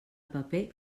paper